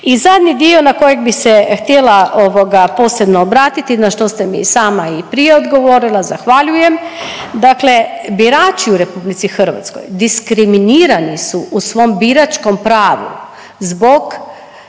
I zadnji dio na kojeg bi se htjela ovoga posebno obratiti, na što ste mi i sama i prije odgovorila, zahvaljujem. Dakle birači u RH diskriminirani su u svom biračkom pravu zbog